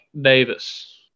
Davis